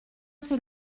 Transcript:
sait